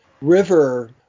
river